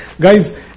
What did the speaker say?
Guys